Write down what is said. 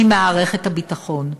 ממערכת הביטחון.